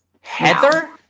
Heather